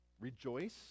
Rejoice